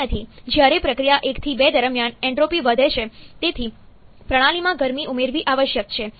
જ્યારે પ્રક્રિયા 1 થી 2 દરમિયાન એન્ટ્રોપી વધે છે તેથી પ્રણાલીમાં ગરમી ઉમેરવી આવશ્યક છે